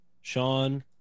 Sean